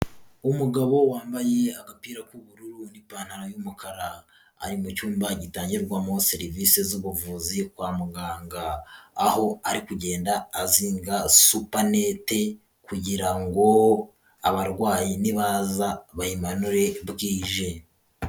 Umugabo wambaye agapira k'ubururu n'ipantaro y'umukara ari mu cyumba gitangirwamo serivisi z'ubuvuzi kwa muganga, aho ari kugenda azinga supanete kugira ngo abarwayi nibaza bayimanure bwije.